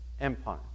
empire